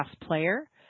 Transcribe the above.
player